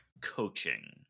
coaching